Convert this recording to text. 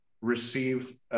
receive